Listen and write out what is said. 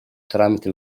tramite